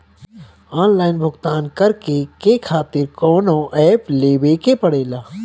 Online भुगतान करके के खातिर कौनो ऐप लेवेके पड़ेला?